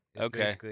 Okay